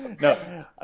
No